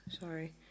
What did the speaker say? Sorry